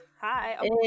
Hi